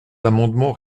amendements